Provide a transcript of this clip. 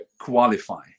qualify